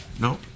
no